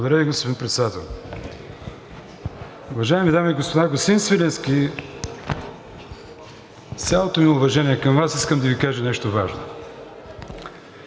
Благодаря Ви, господин Председател. Уважаеми дами и господа! Господин Свиленски, с цялото ми уважение към Вас, искам да Ви кажа нещо важно.